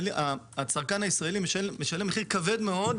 הצרכן הישראלי משלם מחיר כבד מאוד,